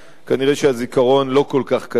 נראה שהזיכרון לא כל כך קצר,